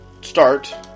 start